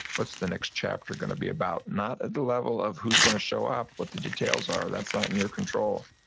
what's the next chapter gonna be about? not at the level of who's gonna show up, what the details are, that's not in your control.